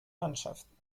mannschaften